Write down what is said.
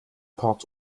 port